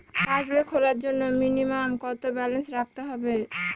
পাসবই খোলার জন্য মিনিমাম কত ব্যালেন্স রাখতে হবে?